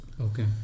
Okay